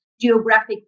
geographic